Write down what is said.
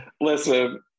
Listen